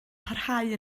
parhau